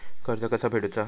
कर्ज कसा फेडुचा?